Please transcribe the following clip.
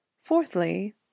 fourthly